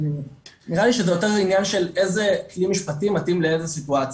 נראה לי שזה יותר עניין של איזה כלי משפטי מתאים לאיזה סיטואציה,